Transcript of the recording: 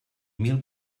mil